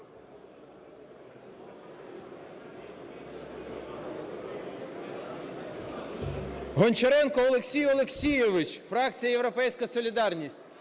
Гончаренко Олексій Олексійович, фракція "Європейська солідарність".